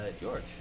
George